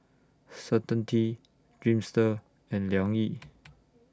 Certainty Dreamster and Liang Yi